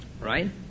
Right